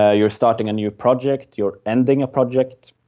ah you are starting a new project, you are ending a project.